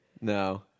No